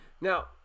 Now